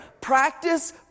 Practice